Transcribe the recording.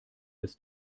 des